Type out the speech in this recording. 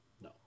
no